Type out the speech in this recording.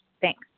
Thanks